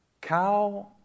cow